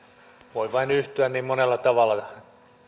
voin vain yhtyä niin monella tavalla tänään